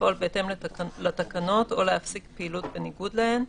לפעול בהתאם לתקנות או להפסיק פעילות בניגוד להן,